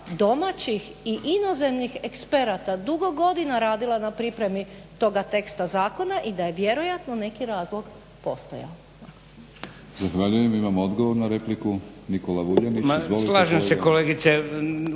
domaćih i inozemnih eksperata dugo godina radila na pripremi toga teksta zakona i da je vjerojatno neki razlog postojao. **Batinić, Milorad (HNS)** Zahvaljujem. Imamo odgovor na repliku, Nikola Vuljanić. Izvolite kolega.